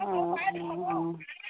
অঁ অঁ অঁ